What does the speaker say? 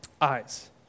eyes